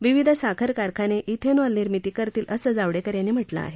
विविध साखर कारखाने थेनॉल निर्मिती करतील असं जावडेकर यांनी म्हटलं आहे